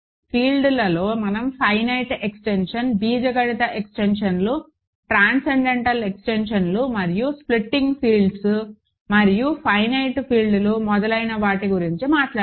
ఫీల్డ్లలో మనం finite extension బీజగణిత ఎక్స్టెన్షన్లు ట్రాన్సెండెంటల్ ఎక్స్టెన్షన్లు మరియు స్ప్లిటింగ్ ఫీల్డ్స్ మరియు ఫైనైట్ ఫీల్డ్లు మొదలైన వాటి గురించి మాట్లాడాము